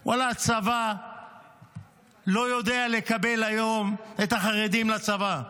ואללה, הצבא לא יודע לקבל היום את החרדים לצבא.